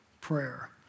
prayer